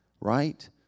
right